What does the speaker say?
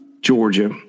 Georgia